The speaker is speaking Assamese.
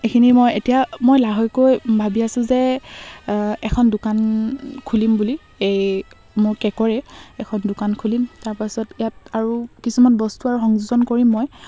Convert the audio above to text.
এইখিনি মই এতিয়া মই লাহেকৈ ভাবি আছো যে এখন দোকান খুলিম বুলি এই মোৰ কে'কৰে এখন দোকান খুলিম তাৰপাছত ইয়াত আৰু কিছুমান বস্তু আৰু সংযোজন কৰিম মই